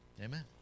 Amen